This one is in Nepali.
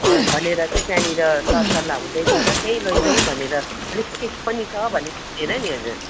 भनेर चाहिँ त्यहाँनिर सर सल्लाह हुँदैछ र त्यहीँ लैजाउँ भनेर पनि छ भनेको सुनेर नि हजुर